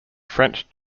french